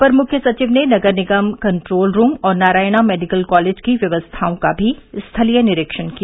अपर मुख्य सचिव ने नगर निगम कंट्रोल रूम और नारायणा मेडिकल कॉलेज की व्यवस्थाओं का भी स्थलीय निरीक्षण किया